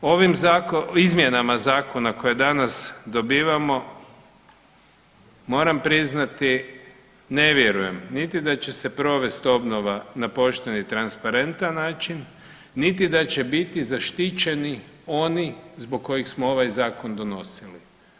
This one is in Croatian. Ovim izmjenama zakona koje danas dobivamo moram priznati ne vjerujem niti da će se provesti obnova na pošten i transparentan način, niti da će biti zaštićeni oni zbog kojih smo ovaj zakon donosili.